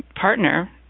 partner